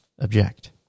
Object